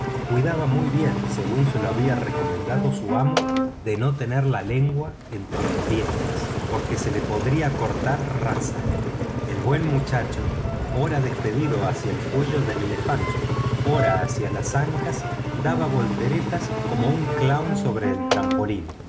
cuidaba muy bien según se lo había recomendado su amo de no tener la lengua entre los dientes porque se la podía cortar rasa el buen muchacho ora despedido hacia el cuello del elefante ora hacia las ancas daba volteretas como un clown sobre el trampolín